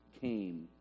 came